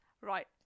Right